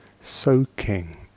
soaking